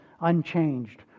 unchanged